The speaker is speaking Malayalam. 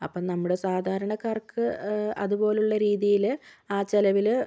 അപ്പം നമ്മുടെ സാധാരണകാർക്ക് അതുപോലുള്ള രീതിയില് ആ ചിലവില്